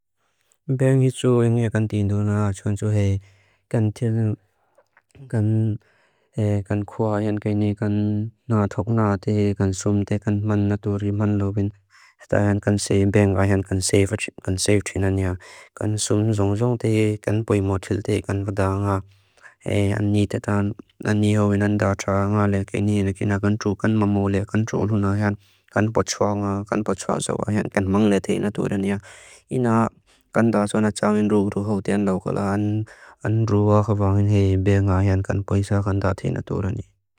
Ben hitu inga kan tíndu na chuan chua hei kan tíldu kan kua ayan kainí kan náa thok náa téi kan súm téi kan man natúri man lóobin. Hta ayan kan séi ben ayan kan séifachin, kan séifachin anya. Kan súm zóng zóng téi, kan bóimó tíldéi kan madáa ángá. Hei ani tétan, ani áo inandáa tcháa ángá léi kainí léi kina kan trú kan mamó léi kan trú ángá ayan. Kan bóchua ángá, kan bóchua sába ayan kan mang léi téi natúri anya. I náa kan táa chua náa tcháawin rúk rúk hóutéi án lóob kua láan an rúk áká bángin héi ben ayan kan páisáa kan táa téi natúri anya.